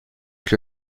avec